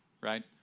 right